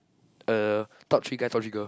er top three guy top three girl